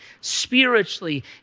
spiritually